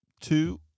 two